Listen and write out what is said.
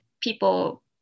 people